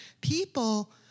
people